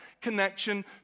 connection